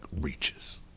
reaches